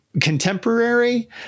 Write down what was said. contemporary